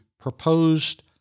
proposed